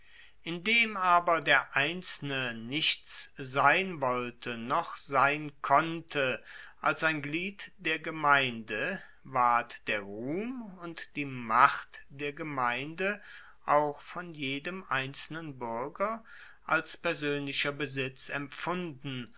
indem aber der einzelne nichts sein wollte noch sein konnte als ein glied der gemeinde ward der ruhm und die macht der gemeinde auch von jedem einzelnen buerger als persoenlicher besitz empfunden